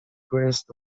greatest